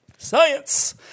science